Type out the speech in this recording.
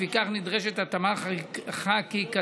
לפיכך, נדרשה התאמה חקיקתית,